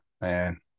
man